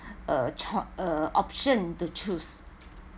a chart uh option to choose